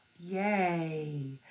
Yay